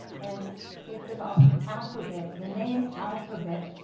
and it's about alphabet, the name alphabet.